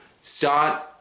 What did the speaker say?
Start